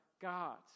God